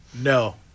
No